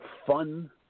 Fun